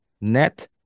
net